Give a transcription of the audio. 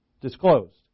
disclosed